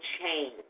change